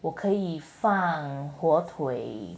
我可以放火腿